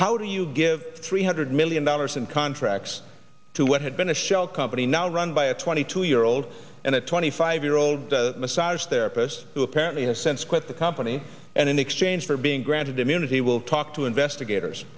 do you give three hundred million dollars in contracts to what had been a shell company now run by a twenty two year old and a twenty five year old massage therapist who apparently has since quit the company and in exchange for being granted immunity will talk to investigators